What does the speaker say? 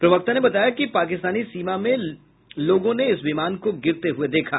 प्रवक्ता ने बताया कि पाकिस्तानी सीमा में लोगों ने इस विमान को गिरते हुए देखा